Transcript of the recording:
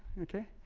okay.